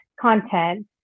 content